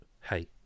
hey